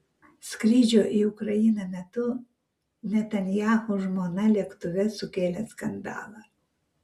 skrydžio į ukrainą metu netanyahu žmona lėktuve sukėlė skandalą